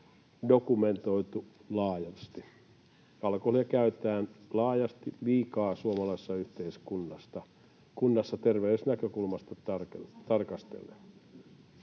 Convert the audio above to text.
dokumentoitu laajasti. Alkoholia käytetään laajasti liikaa suomalaisessa yhteiskunnassa terveysnäkökulmasta tarkastellen.